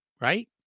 right